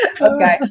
okay